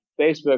Facebook